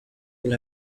will